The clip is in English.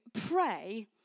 pray